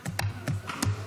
חוק,